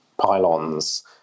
pylons